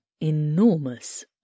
enormous